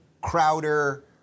Crowder